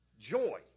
Joy